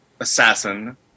assassin